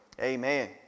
Amen